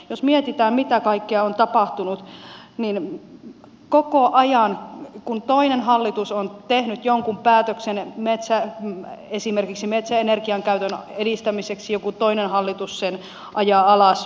jos mietitään mitä kaikkea on tapahtunut niin koko ajan kun toinen hallitus on tehnyt jonkun päätöksen esimerkiksi metsäenergian käytön edistämiseksi joku toinen hallitus sen ajaa alas